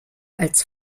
als